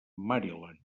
maryland